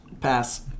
Pass